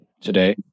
today